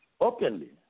openly